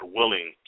willing